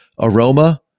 aroma